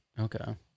Okay